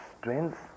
strength